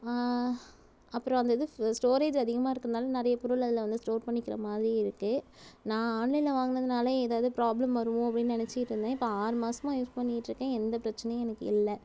அப்புறம் அந்த இது ஸ்டோரேஜ் அதிகமாருக்குறதனால் நிறைய பொருள் அதில் வந்து ஸ்டோர் பண்ணிக்கிறமாதிரி இருக்குது நான் ஆன்லைனில் வாங்குனதனால் எதாவது ப்ராப்லம் வருமோ அப்படின்னு நெனச்சிக்கிட்டிருந்தேன் இப்போ ஆறுமாசமாக யூஸ் பண்ணிக்கிட்டிருக்கேன் எந்த பிரச்சனையும் எனக்கு இல்லை